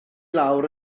lawr